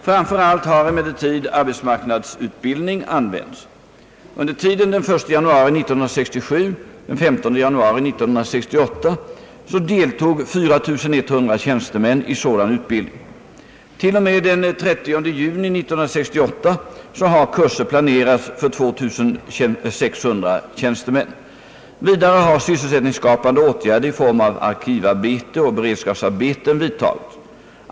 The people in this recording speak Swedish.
Framför allt har emellertid arbetsmarknadsutbildning använts. Under tiden den 1 januari 1967—den 15 januari 1968 deltog 4 100 tjänstemän i sådan utbildning. T. o. m. den 30 juni 1968 har kurser planerats för 2600 tjänstemän. Vidare har sysselsättningsskapande åtgärder i form av arkivarbete och beredskapsarbeten vidtagits.